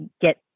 get